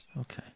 Okay